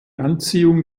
anziehung